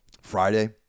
Friday